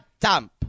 dump